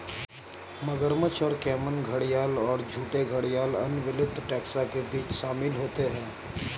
मगरमच्छ और कैमन घड़ियाल और झूठे घड़ियाल अन्य विलुप्त टैक्सा के बीच शामिल होते हैं